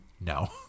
no